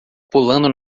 pulando